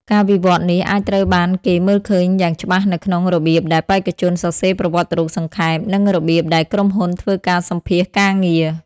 ការវិវត្តន៍នេះអាចត្រូវបានគេមើលឃើញយ៉ាងច្បាស់នៅក្នុងរបៀបដែលបេក្ខជនសរសេរប្រវត្តិរូបសង្ខេប និងរបៀបដែលក្រុមហ៊ុនធ្វើការសម្ភាសន៍ការងារ។